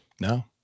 No